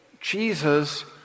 Jesus